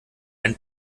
ein